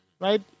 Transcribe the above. right